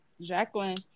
Jacqueline